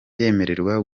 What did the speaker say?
yemererwa